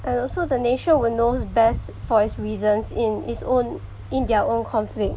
and also the nation will knows best for its reasons in it's own in their own conflict